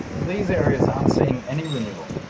these areas aren't seeing any renewal.